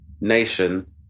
nation